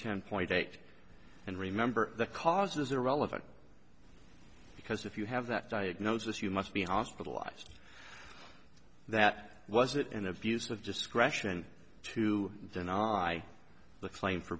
ten point eight and remember the causes are relevant because if you have that diagnosis you must be hospitalized that was it an abuse of discretion to deny the claim for